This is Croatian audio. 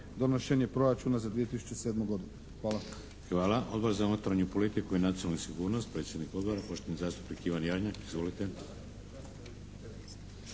donošenje proračuna za 2007. godinu. Hvala. **Šeks, Vladimir (HDZ)** Hvala. Odbor za unutarnju politiku i nacionalnu sigurnost, predsjednik odbora, poštovani zastupnik Ivan Jarnjak. Izvolite.